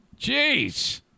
jeez